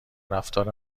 رفتار